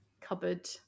cupboard